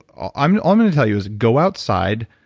ah i'm um going to tell you is go outside.